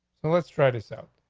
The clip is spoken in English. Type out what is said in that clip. let's try this out.